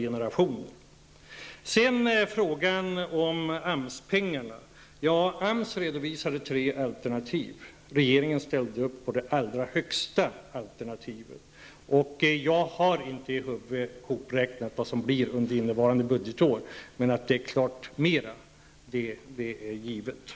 generationers boende. När det sedan gäller frågan om AMS-pengarna redovisade AMS tre alternativ, och regeringen ställde sig bakom det allra högsta alternativet. Jag har inte i huvudet räknat ihop vad det innebär under innevarande budgetår, men att det är klart mera är helt givet.